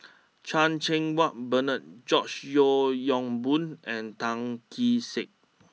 Chan Cheng Wah Bernard George Yeo Yong Boon and Tan Kee Sek